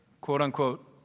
quote-unquote